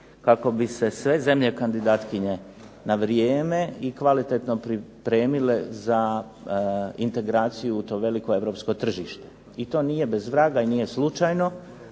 kako bi se sve zemlje kandidatkinje na vrijeme i kvalitetno pripremile za integraciju u to veliko europsko tržište. I to nije bez vraga i nije slučajno.